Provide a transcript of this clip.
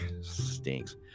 stinks